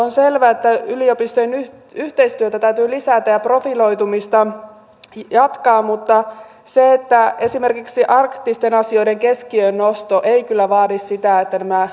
on selvää että yliopistojen yhteistyötä täytyy lisätä ja profiloitumista jatkaa mutta esimerkiksi arktisten asioiden keskiöön nosto ei kyllä vaadi sitä että nämä yliopistot yhdistetään